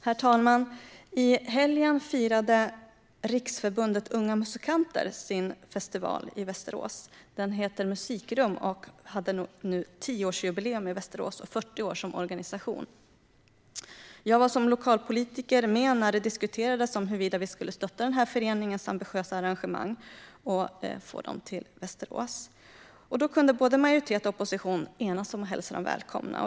Herr talman! I helgen firade Riksförbundet Unga Musikanter sin festival Musikrum i Västerås. Den festivalen hade nu tioårsjubileum i Västerås, och man firade 40 år som organisation. Jag var som lokalpolitiker med när det diskuterades huruvida vi skulle stötta föreningens ambitiösa arrangemang och få det till Västerås, och då kunde både majoritet och opposition enas om att hälsa dem välkomna.